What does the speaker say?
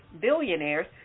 billionaires